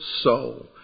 soul